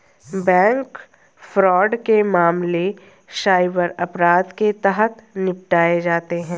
bank fraud के मामले cyber अपराध के तहत निपटाए जाते हैं